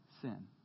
sin